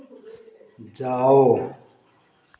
जाओ